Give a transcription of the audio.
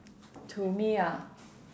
to me ah